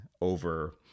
over